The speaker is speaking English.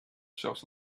shops